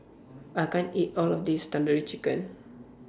I can't eat All of This Tandoori Chicken